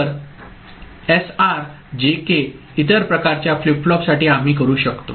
तर SR JK इतर प्रकारच्या फ्लिप फ्लॉपसाठी आम्ही करू शकतो